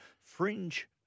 fringe